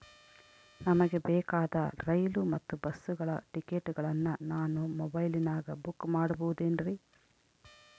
ನಮಗೆ ಬೇಕಾದ ರೈಲು ಮತ್ತ ಬಸ್ಸುಗಳ ಟಿಕೆಟುಗಳನ್ನ ನಾನು ಮೊಬೈಲಿನಾಗ ಬುಕ್ ಮಾಡಬಹುದೇನ್ರಿ?